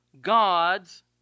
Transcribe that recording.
God's